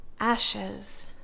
Ashes